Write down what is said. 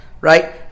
right